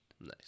nice